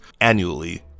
annually